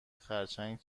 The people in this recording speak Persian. خرچنگ